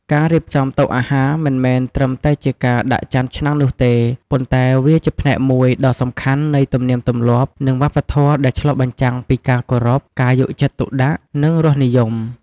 ការរៀបចំតុអាហារមិនមែនត្រឹមតែជាការដាក់ចានឆ្នាំងនោះទេ ប៉ុន្តែវាជាផ្នែកមួយដ៏សំខាន់នៃទំនៀមទម្លាប់ និងវប្បធម៌ដែលឆ្លុះបញ្ចាំងពីការគោរព ការយកចិត្តទុកដាក់ និងរសនិយម។